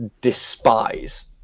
despise